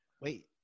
Wait